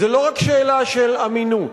זו לא רק שאלה של אמינות,